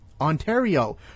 Ontario